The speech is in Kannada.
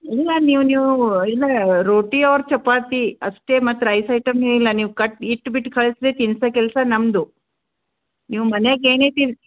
ಇಲ್ಲ ನೀವು ನೀವು ಇಲ್ಲ ರೋಟಿ ಆರು ಚಪಾತಿ ಅಷ್ಟೇ ಮತ್ತು ರೈಸ್ ಐಟಮ್ ಏನಿಲ್ಲ ನೀವು ಕಟ್ಟಿ ಇಟ್ಬಿಟ್ಟು ಕಳ್ಸ್ದ್ರೇ ತಿನ್ಸೋ ಕೆಲಸ ನಮ್ಮದು ನೀವು ಮನ್ಯಾಗ ಏನೇ ತಿನ್ನಿಸಿ